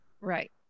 Right